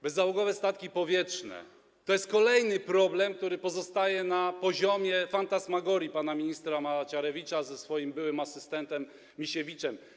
Bezzałogowe statki powietrzne to jest kolejny problem, który pozostaje na poziomie fantasmagorii pana ministra Macierewicza z jego byłym asystentem Misiewiczem.